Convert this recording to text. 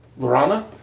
Lorana